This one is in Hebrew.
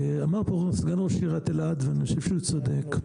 אמר פה סגן ראש עירית אלעד ואני חושב שהוא צודק,